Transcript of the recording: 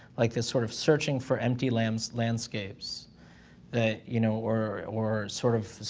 like, this sort of searching for empty landscapes landscapes that, you know, were were sort of,